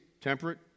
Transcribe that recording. temperate